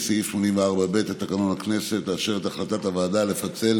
84(ב) לתקנון הכנסת את החלטת הוועדה לפצל